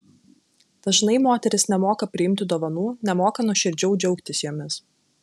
dažnai moterys nemoka priimti dovanų nemoka nuoširdžiau džiaugtis jomis